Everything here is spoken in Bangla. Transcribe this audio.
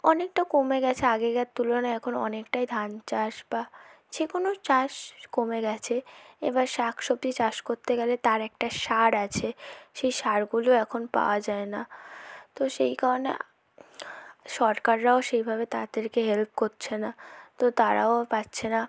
অনেকটা কমে গেছে আগেকার তুলনায় এখন অনেকটাই ধান চাষ বা যে কোনো চাষ কমে গেছে এবার শাক সবজি চাষ করতে গেলে তার একটা সার আছে সেই সারগুলো এখন পাওয়া যায় না তো সেই কারণে সরকাররাও সেইভাবে তাদেরকে হেল্প করছে না তো তারাও পাচ্ছে না